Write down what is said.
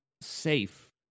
safe